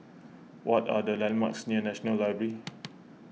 what are the landmarks near National Library